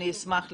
אני אשמח לשמוע,